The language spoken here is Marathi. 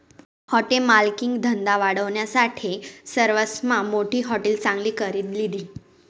हॉटेल मालकनी धंदा वाढावानासाठे सरवासमा मोठी हाटेल चांगली करी लिधी